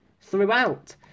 throughout